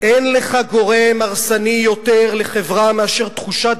"אין לך גורם הרסני יותר לחברה מאשר תחושת